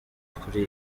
kuri